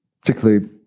particularly